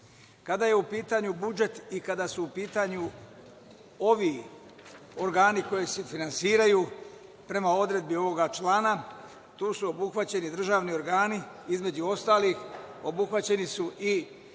je u pitanju budžet i kada su u pitanju ovi organi koji se finansiraju, prema odredbi ovog člana, tu su obuhvaćeni državni organi, između ostalih obuhvaćeni su i